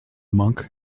monk